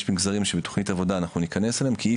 יש מגזרים שבתוכנית עבודה אנחנו ניכנס אליהם כי אי